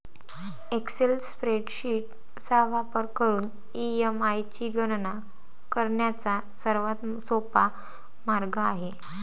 Excel spreadsheet चा वापर करून ई.एम.आय ची गणना करण्याचा सर्वात सोपा मार्ग आहे